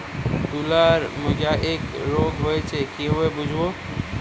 তুলার মোজাইক রোগ হয়েছে কিভাবে বুঝবো?